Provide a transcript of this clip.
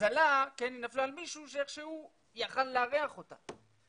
למזלה היא נפלה על מישהו שאיכשהו יכול היה לארח אותה.